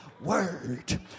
word